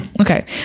Okay